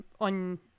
on